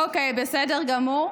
אוקיי, בסדר גמור.